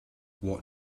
what